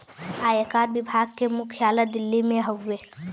आयकर विभाग के मुख्यालय दिल्ली में हउवे